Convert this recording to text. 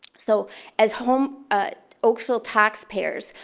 so as home oakville taxpayers,